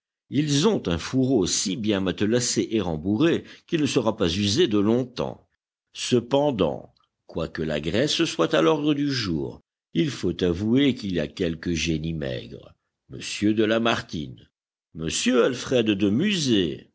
ils ont un fourreau si bien matelassé et rembourré qu'il ne sera pas usé de longtemps cependant quoique la graisse soit à l'ordre du jour il faut avouer qu'il y a quelques génies maigres m de lamartine m alfred de musset